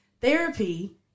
therapy